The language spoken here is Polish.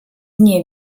nie